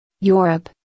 Europe